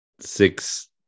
six